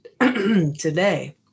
today